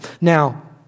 Now